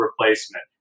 replacement